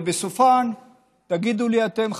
ובסופן תגידו לי אתם,